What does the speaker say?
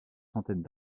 centaines